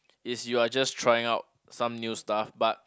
is you're just trying out some new stuff but